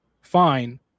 Fine